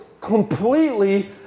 completely